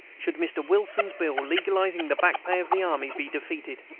should mr. wilson's bill, legalizing the back pay of the army, be defeated.